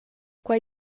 quai